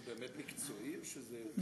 זה באמת מקצועי או שזה אישי?